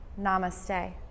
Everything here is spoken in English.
Namaste